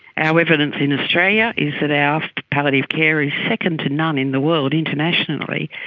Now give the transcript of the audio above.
our evidence in australia is that our palliative care is second to none in the world internationally,